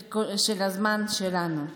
של הזמן שלנו.